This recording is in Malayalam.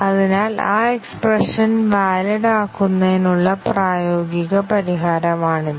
അതിനാൽ ആ എക്സ്പ്രെഷൻ വാലിഡ് ആക്കുന്നതിനുള്ള പ്രായോഗിക പരിഹാരമാണിത്